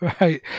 Right